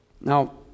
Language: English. Now